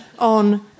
on